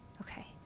Okay